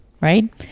right